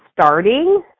starting